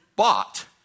Bought